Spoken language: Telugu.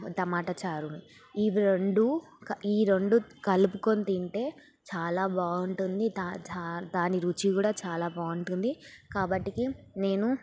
టమాటా చారుని ఇవి రెండూ ఇవి రెండూ కలుపుకుని తింటే చాలా బాగుంటుంది దాని రుచి కూడా చాలా బాగా ఉంటుంది కాబట్టికి నేను